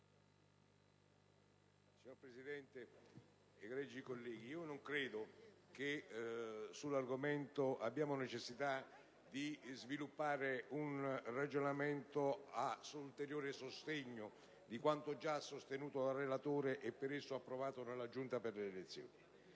Signor Presidente, egregi colleghi, non credo che sull'argomento abbiamo necessità di sviluppare un ragionamento ad ulteriore sostegno di quanto già sostenuto dal relatore e approvato nella Giunta delle elezioni